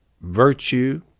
virtue